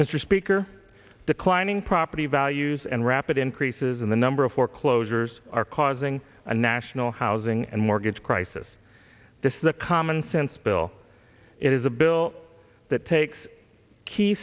mr speaker declining property values and rapid increases in the number of foreclosures are causing a national housing and mortgage crisis this is the commonsense bill it is a bill that takes key